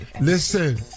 listen